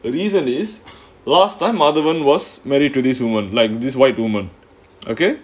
the reason is last time madhavan was married to this woman like this white woman okay